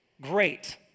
great